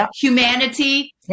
humanity